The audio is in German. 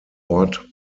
ort